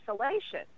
isolation